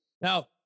Now